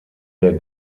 der